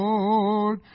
Lord